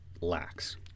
lacks